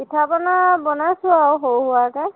পিঠা পনা বনাইছো আৰু সৰু সুৰাকৈ